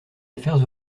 affaires